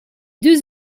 deux